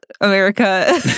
America